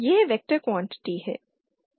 यह vector quantity है